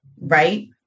right